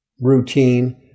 routine